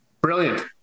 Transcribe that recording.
Brilliant